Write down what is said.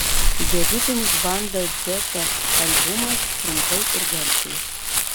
debiutinis banda dzeta albumas trumpai ir garsiai